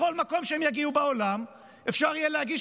בכל מקום שאליו הם יגיעו בעולם אפשר יהיה להגיש